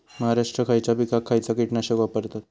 महाराष्ट्रात खयच्या पिकाक खयचा कीटकनाशक वापरतत?